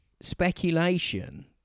speculation